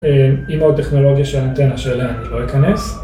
אם עוד טכנולוגיה של אנטנה שאליה אני לא אכנס